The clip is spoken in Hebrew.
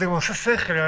זה עושה שכל.